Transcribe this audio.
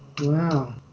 Wow